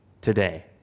today